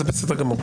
זה בסדר גמור.